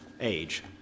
age